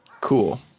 Cool